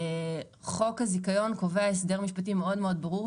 חוק הזיכיון קובע הסדר משפטי מאוד ברור,